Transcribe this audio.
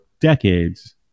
decades